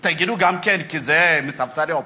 תגידו גם כן, כי זה מספסלי האופוזיציה?